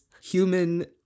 human